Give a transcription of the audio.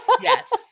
Yes